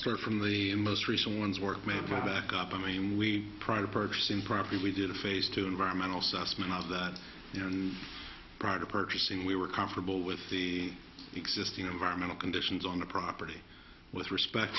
sir from the most recent ones were made by backup i mean we prior to purchasing property we did a phase two environmental assessment of that and prior to purchasing we were comfortable with the existing environmental conditions on the property with respect